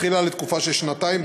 בתחילה לתקופה של שנתיים,